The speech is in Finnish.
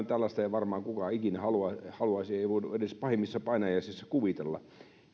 tällaista ei varmaan kukaan ikinä haluaisi haluaisi ei voinut edes pahimmissa painajaisissa kuvitella